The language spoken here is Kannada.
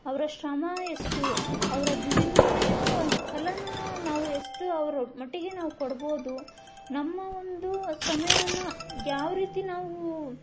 ಅವರ ಶ್ರಮ ಎಷ್ಟು ಅವ್ರ ದುಡಿಮೆಯ ಒಂದು ಫಲನ ನಾವು ಎಷ್ಟು ಅವರ ಮಟ್ಟಿಗೆ ನಾವು ಕೊಡ್ಬೋದು ನಮ್ಮ ಒಂದು ಸಮಯವನ್ನು ಯಾವ ರೀತಿ ನಾವು